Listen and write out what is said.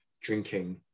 drinking